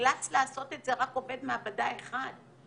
ונאלץ לעשות את זה רק עובד מעבדה אחד,